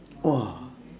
!wah!